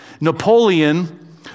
Napoleon